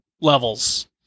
levels